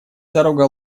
дорога